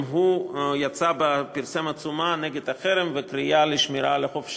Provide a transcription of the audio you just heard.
גם הוא יצא ופרסם עצומה נגד החרם וקריאה לשמירה על החופש